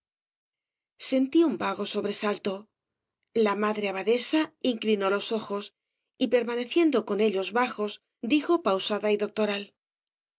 sentí un vago sobresalto la madre abadesa inclinó los ojos y permaneciendo cor ellos bajos dijo pausada y doctoral